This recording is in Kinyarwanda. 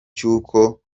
cy’uko